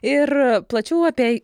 ir plačiau apie